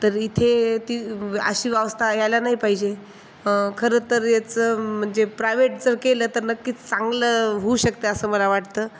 तर इथे ती अशी अवस्था यायला नाही पाहिजे खरं तर याचं म्हणजे प्रायव्हेट जर केलं तर नक्कीच चांगलं होऊ शकते असं मला वाटतं